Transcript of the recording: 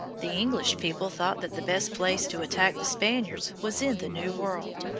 the english people thought that the best place to attack the spaniards was in the new world.